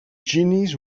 genies